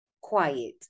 Quiet